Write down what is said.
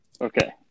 Okay